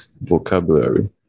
vocabulary